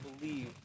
believe